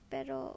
Pero